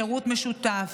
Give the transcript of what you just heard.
שירות משותף.